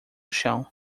chão